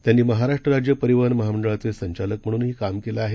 त्यांनीमहाराष्ट्रराज्यपरिवहनमहामंडळाचेसंचालकम्हणूनहीकामकेलंआहे